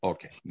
Okay